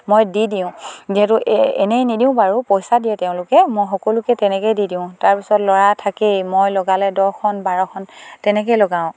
মই দি দিওঁ যিহেতু এনেই নিদিওঁ বাৰু পইচা দিয়ে তেওঁলোকে মই সকলোকে তেনেকেই দি দিওঁ তাৰপিছত ল'ৰা থাকেই মই লগালে দহখন বাৰখন তেনেকেই লগাওঁ